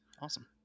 Awesome